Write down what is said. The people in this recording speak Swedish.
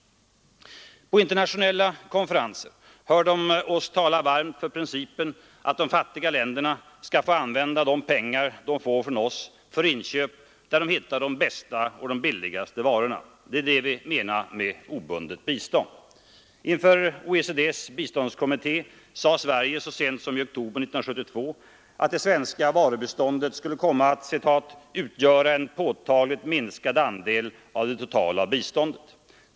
På internationella konferenser hör de oss tala varmt för principen att de fattiga länderna skall få använda de pengar de får från oss för inköp där de hittar de bästa och billigaste varorna. Det är det vi menar med obundet bistånd. Inför OECD:s biståndskommitté sade Sverige så sent som i oktober 1972 att det svenska varubiståndet skulle komma att ”utgöra en påtagligt minskad andel av det totala biståndet”.